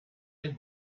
sich